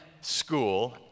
school